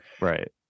right